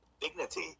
dignity